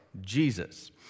Jesus